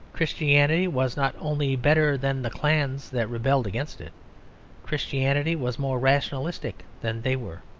christianity was not only better than the clans that rebelled against it christianity was more rationalistic than they were.